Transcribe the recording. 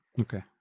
Okay